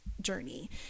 journey